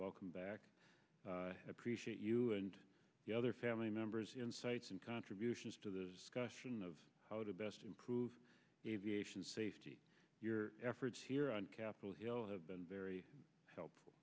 welcome back appreciate you and the other family members insights and contributions to the question of how to best improve aviation safety your efforts here on capitol hill have been very helpful